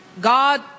God